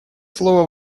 слово